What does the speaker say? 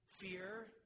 fear